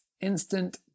instant